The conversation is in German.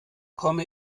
komme